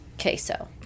Queso